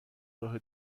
راه